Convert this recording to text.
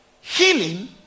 healing